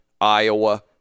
Iowa